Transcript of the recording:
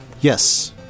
Yes